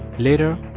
later,